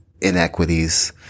inequities